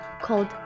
called